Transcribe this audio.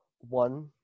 one